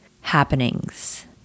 happenings